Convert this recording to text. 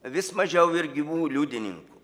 vis mažiau ir gyvų liudininkų